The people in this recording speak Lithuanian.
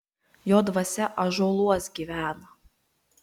jo dvasia ąžuoluos gyvena